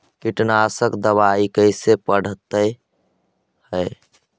कीटनाशक दबाइ कैसे पड़तै है?